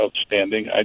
outstanding